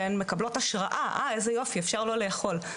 שהן מקבלות השראה "אהה איזה יופי אפשר לא לאכול,